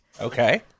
Okay